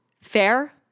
Fair